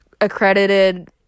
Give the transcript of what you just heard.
accredited